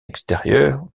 extérieur